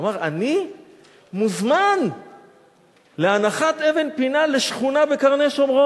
והוא אמר: אני מוזמן להנחת אבן פינה לשכונה בקרני-שומרון.